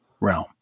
realm